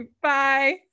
Bye